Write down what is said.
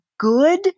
good